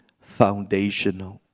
foundational